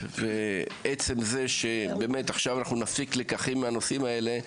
עצם זה שבאמת עכשיו אנחנו נפיק לקחים מהנושאים האלה,